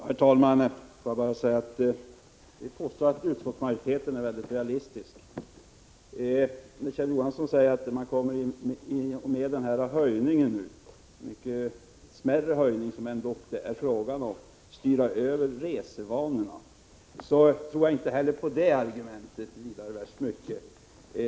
Herr talman! Jag vill påstå att utskottsmajoriteten är mycket realistisk. Kjell Johansson säger att man med den mindre höjning som det är fråga om kommer att styra över resvanorna från flyg till buss. Jag tror inte vidare värst mycket på det argumentet heller.